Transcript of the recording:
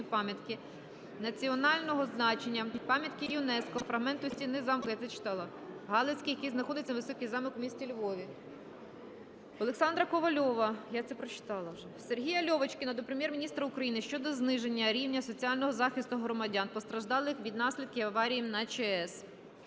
пам'ятки національного значення, пам'ятки ЮНЕСКО - фрагменту стіни замку… (я це читала) Галицьких, яка знаходиться на горі Високий Замок у місті Львові. Олександра Ковальова… Я це прочитала вже. Сергія Льовочкіна до Прем'єр-міністра України щодо зниження рівня соціального захисту громадян, постраждалих від наслідків аварії на ЧАЕС.